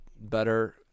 better